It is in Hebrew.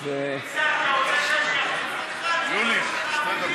נגמרו לך המילים.